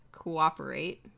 Cooperate